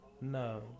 No